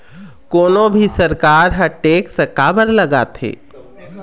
कोनो भी सरकार ह टेक्स काबर लगाथे?